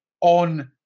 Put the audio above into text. on